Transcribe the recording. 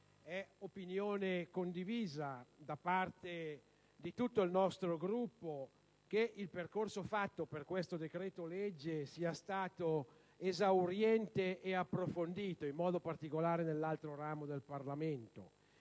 è opinione condivisa da parte di tutto il nostro Gruppo che il percorso fatto per questo decreto-legge sia stato esauriente e approfondito, in modo particolare nell'altro ramo del Parlamento.